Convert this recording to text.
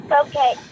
Okay